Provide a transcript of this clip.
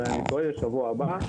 אם אני לא טועה בשבוע הבא,